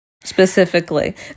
specifically